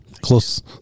close